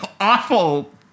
awful